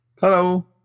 Hello